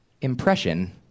impression